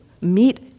meet